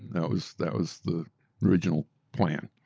that was that was the original plan.